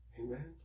Amen